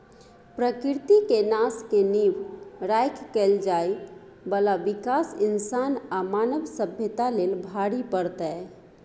प्रकृति के नाश के नींव राइख कएल जाइ बाला विकास इंसान आ मानव सभ्यता लेल भारी पड़तै